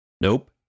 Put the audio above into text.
Nope